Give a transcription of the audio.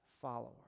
follower